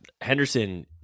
Henderson